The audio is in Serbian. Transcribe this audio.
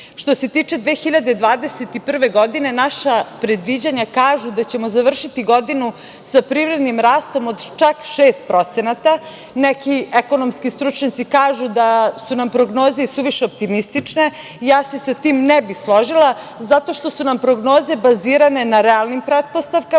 Što se tiče 2021. godine naša predviđanja kažu da ćemo završiti godinu sa prirodnim rastom od čak 6%. Neki ekonomski stručnjaci kažu da su nam prognoze isuviše optimistične, sa tim se ne bih složila zato što su nam prognoze bazirane na realnih pretpostavkama.